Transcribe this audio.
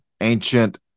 ancient